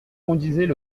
conduisaient